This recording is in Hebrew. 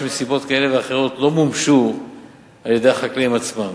שמסיבות כאלה ואחרות לא מומשו על-ידי החקלאים עצמם.